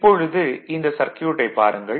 இப்பொழுது இந்த சர்க்யூட்டைப் பாருங்கள்